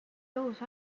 tõhus